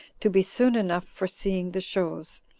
to be soon enough for seeing the shows,